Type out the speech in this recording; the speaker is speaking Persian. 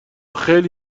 خیلی